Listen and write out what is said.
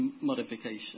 modification